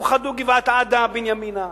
אוחדו גבעת-עדה בנימינה,